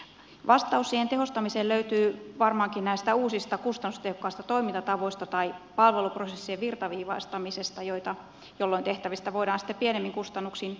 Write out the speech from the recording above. vastaus siihen tehostamiseen löytyy varmaankin näistä uusista kustannustehokkaista toimintatavoista tai palveluprosessien virtaviivaistamisesta jolloin tehtävistä voidaan sitten pienemmin kustannuksin selvitä